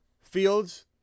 fields